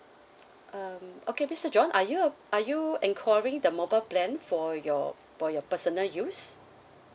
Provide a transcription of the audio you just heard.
um okay mister john are you are you enquiry the mobile plan for your for your personal use